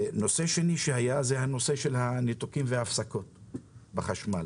הנושא השני הוא נושא הניתוקים וההפסקות בחשמל.